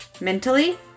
mentally